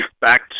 back